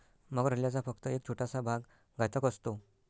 मगर हल्ल्याचा फक्त एक छोटासा भाग घातक असतो